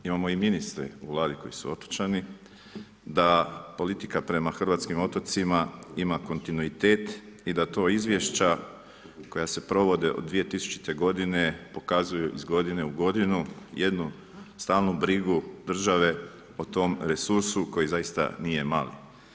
Imamo i ministre u Vladi koji su otočani, da politika prema hrvatskim otocima ima kontinuitet i da to izvješća koja se provode od 2000. godine pokazuju iz godine u godinu jednu stalnu brigu države o tom resursu koji zaista nije mali.